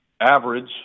average